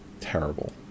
terrible